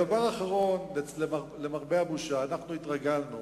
הדבר האחרון, למרבה הבושה התרגלנו